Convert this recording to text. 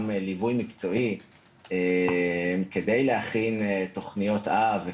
גם ליווי מקצועי כדי להכין תוכניות אב,